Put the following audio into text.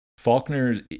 Faulkner